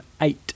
eight